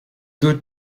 two